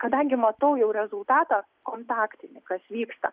kadangi matau jau rezultatą kontaktinį kas vyksta